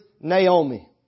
Naomi